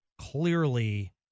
clearly